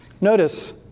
notice